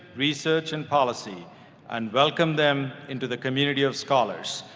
research and policy and welcome them into the community of scholars.